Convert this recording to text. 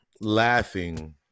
laughing